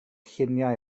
lluniau